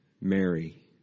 Mary